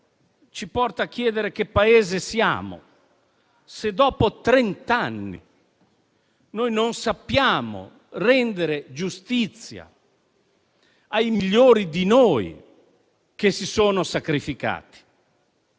ci porta a chiederci che Paese siamo, se dopo trent'anni non sappiamo rendere giustizia ai migliori di noi che si sono sacrificati.